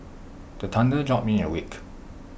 the thunder jolt me awake